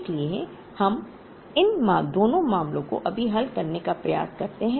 इसलिए हम इन दोनों मामलों को अभी हल करने का प्रयास करते हैं